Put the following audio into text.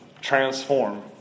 transform